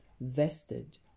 vested